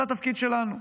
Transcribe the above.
זה התפקיד שלנו.